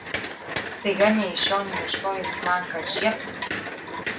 staiga nei iš šio nei iš to jis man kad žiebs